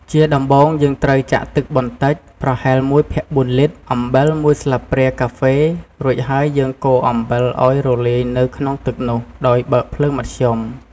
ជាដំំបូងយើងត្រូវចាក់ទឹកបន្តិច ប្រហែល ១ភាគ៤លីត្រ អំបិល ១ស្លាបព្រាកាហ្វេ រួចហើយយើងកូរអំបិលឱ្យរលាយនៅក្នុងទឹកនោះ ដោយបើកភ្លើងមធ្យម។